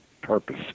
purpose